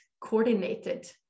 coordinated